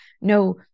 no